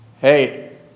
Hey